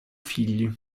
figli